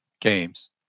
games